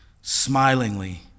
smilingly